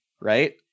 right